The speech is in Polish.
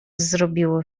zrobiło